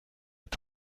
est